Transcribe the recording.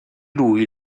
lui